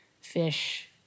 fish